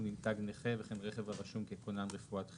עם תג נכה וכן רכב הרשום ככונן רפואת חירום'.